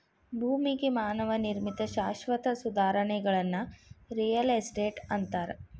ಭೂಮಿಗೆ ಮಾನವ ನಿರ್ಮಿತ ಶಾಶ್ವತ ಸುಧಾರಣೆಗಳನ್ನ ರಿಯಲ್ ಎಸ್ಟೇಟ್ ಅಂತಾರ